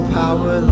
power